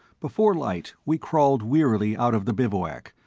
before light we crawled wearily out of the bivouac,